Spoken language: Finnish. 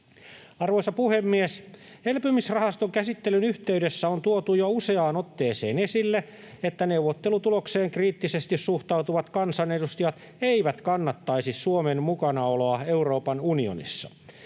Arvoisa puhemies! Elpymisrahaston käsittelyn yhteydessä on tuotu jo useaan otteeseen esille, että neuvottelutulokseen kriittisesti suhtautuvat kansanedustajat eivät kannattaisi Suomen mukanaoloa Euroopan unionissa.